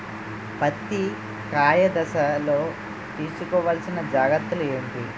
పత్తి కాయ దశ లొ తీసుకోవల్సిన జాగ్రత్తలు ఏంటి?